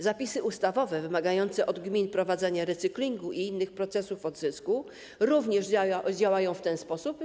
Zapisy ustawowe wymagające od gmin prowadzenia recyklingu i innych procesów odzysku również działają w ten sposób.